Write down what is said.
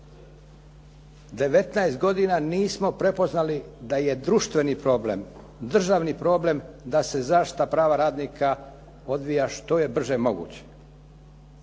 19 godina nismo prepoznali da je društveni problem, državni problem da se zaštita prava radnika odvija što je brže moguće.